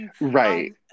Right